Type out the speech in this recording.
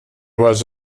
was